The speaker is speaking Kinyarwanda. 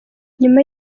nyuma